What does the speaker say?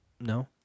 No